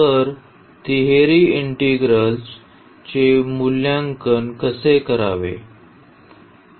तर तिहेरी इंटिग्रल्स चे मूल्यांकन कसे करावे